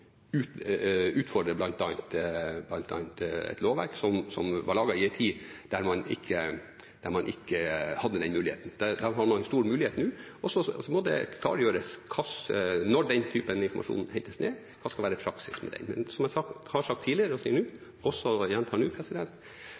utfordrer et lovverk som var laget i en tid da man ikke hadde den muligheten. Der har man en stor mulighet nå. Og så må det klargjøres når den typen informasjon hentes inn, hva som skal være praksis med den. Men som jeg har sagt tidligere, og som jeg gjentar nå,